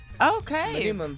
Okay